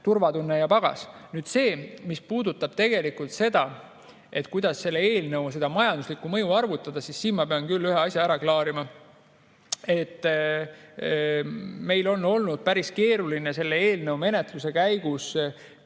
turvatunne ja pagas. Nüüd, mis puudutab seda, kuidas selle eelnõu majanduslikku mõju arvutada. Siin ma pean küll ühe asja ära klaarima. Meil on olnud päris keeruline selle eelnõu menetluse käigus